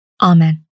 Amen